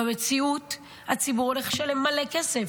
במציאות הציבור הולך לשלם מלא כסף.